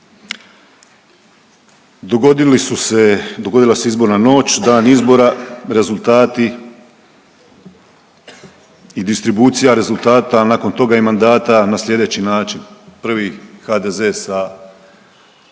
dogodila se izborna noć, dan izbora, rezultati i distribucija rezultata, a nakon toga i mandata na slijedeći način. Prvi HDZ sa